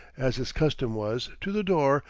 as his custom was, to the door,